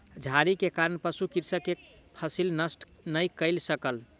झाड़ी के कारण पशु कृषक के फसिल नष्ट नै कय सकल